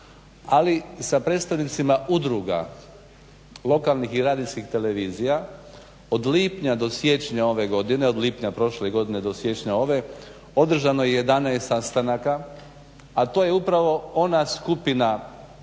Ali sa predstavnicima udruga lokalnih i radijskih televizija od lipnja do siječnja ove godine, od lipnja prošle godine do siječnja ove održano je 11 sastanaka, a to je upravo ona skupina koja